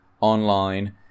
online